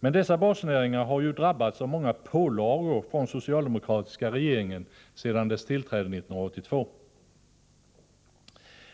Men dessa basnäringar har ju drabbats av många pålagor från den socialdemokratiska regeringen sedan den tillträdde 1982.